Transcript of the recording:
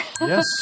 Yes